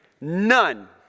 None